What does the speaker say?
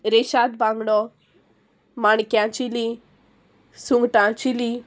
रेशाद बांगडो माणक्यां चिली सुंगटां चिली